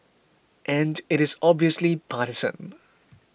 and it is obviously partisan